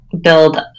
build